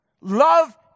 Love